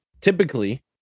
typically